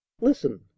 listen